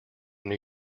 new